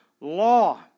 law